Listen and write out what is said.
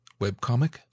webcomic